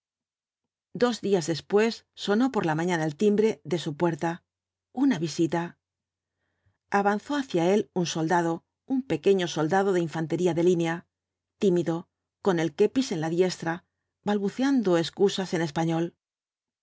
dos días después sonó por la mañana el timbre de su puerta una visita avanzó hacia él un soldado un pequeño soldado de infantería de línea tímido con el kepis en la diestra balbuceando excusas en español